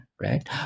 right